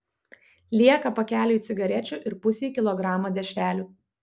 lieka pakeliui cigarečių ir pusei kilogramo dešrelių